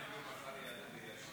שלוש דקות,